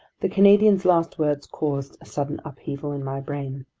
the canadian's last words caused a sudden upheaval in my brain.